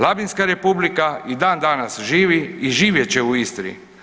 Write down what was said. Labinska republika i dan danas živi i živjet će u Istri.